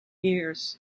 ears